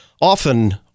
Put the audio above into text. often